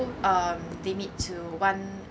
um limit to one